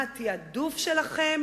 מה התעדוף שלכם